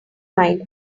mind